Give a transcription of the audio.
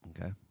Okay